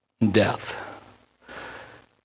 death